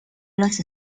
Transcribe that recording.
los